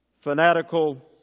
fanatical